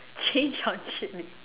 tinge of chili